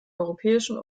europäischen